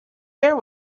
there